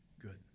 good